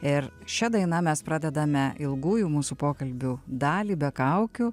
ir šia daina mes pradedame ilgųjų mūsų pokalbių dalį be kaukių